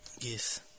Yes